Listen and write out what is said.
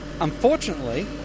unfortunately